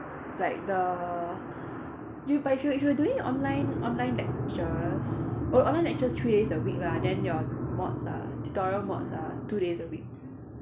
like the you but if you if you doing online online lectures err online lectures three days a week lah then your mods are tutorial mods are two days a week